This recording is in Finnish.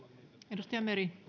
arvoisa